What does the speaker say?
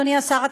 אדוני השר,